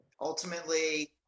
Ultimately